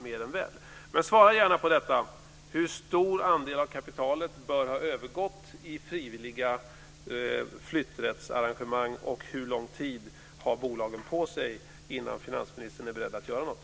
Svara alltså gärna på frågan: Hur stor andel av kapitalet bör ha övergått i frivilliga flytträttsarrangemang och hur lång tid har bolagen på sig innan finansministern är beredd att göra något?